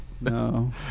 No